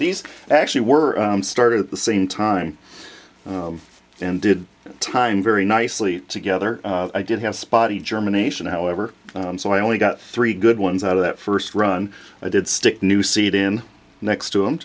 these actually were started at the same time and did time very nicely together i did have spotty germination however so i only got three good ones out of that first run i did stick new seed in next to